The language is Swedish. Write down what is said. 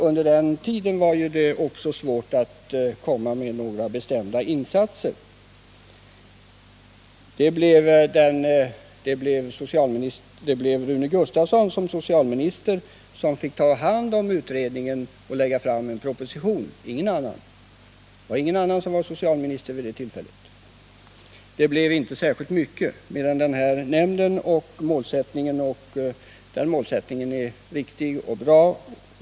Under den tiden var det ju svårt att göra några bestämda insatser. Det blev Rune Gustavsson —- ingen annan — som i egenskap av socialminister fick ta hand om utredningens betänkande och lägga fram en proposition. Det var ingen annan som var socialminister vid det tillfället. Det blev inte särskilt mycket mer av det hela än den här nämnden. Dess målsättning är riktig och bra.